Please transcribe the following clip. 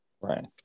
Right